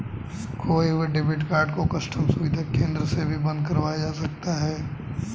खोये हुए debit card को कस्टम सुविधा केंद्र से भी बंद कराया जा सकता है